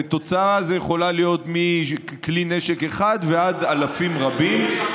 ותוצאה יכולה להיות מכלי נשק אחד ועד אלפים רבים,